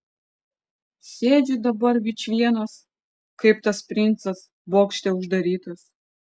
sėdžiu dabar vičvienas kaip tas princas bokšte uždarytas